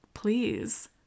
Please